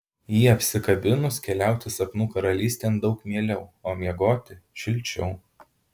jį apsikabinus keliauti sapnų karalystėn daug mieliau o miegoti šilčiau